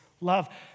love